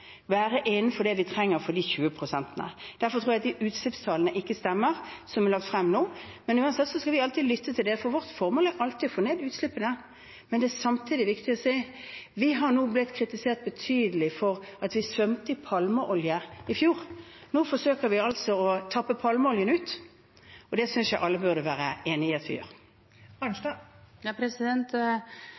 de 20 prosentene. Derfor tror jeg at de utslippstallene som er lagt frem nå, ikke stemmer, men uansett skal vi alltid lytte til det, for vårt formål er alltid å få ned utslippene. Det er samtidig viktig å si at vi nå har blitt kritisert betydelig for at vi svømte i palmeolje i fjor. Nå forsøker vi altså å tappe palmeoljen ut, og det synes jeg alle burde være enige om at vi